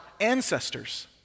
ancestors